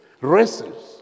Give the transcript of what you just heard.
races